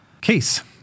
case